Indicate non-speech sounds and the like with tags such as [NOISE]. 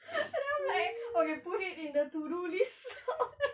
and I'm like okay put it in the to-do list okay [LAUGHS]